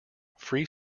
free